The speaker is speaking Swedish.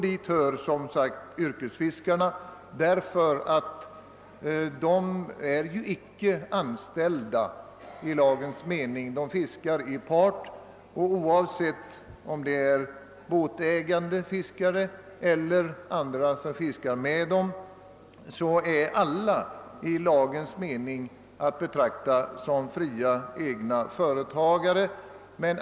Dit hör yrkesfiskarna därför att de i lagens mening inte är anställda. De fiskar i part. Oavsett om det är fråga om båtägande fiskare eller andra som fiskar med dem är alla i lagens mening att betrakta som fria egna företagare.